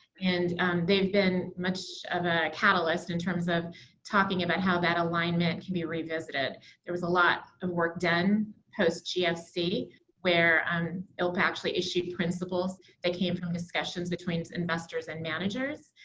and they've been much of a catalyst in terms of talking about how that alignment can be revisited. there was a lot of work done post-gfc where um ilpa actually issued principles that came from discussions between investors and managers.